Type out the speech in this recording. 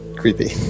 creepy